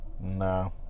no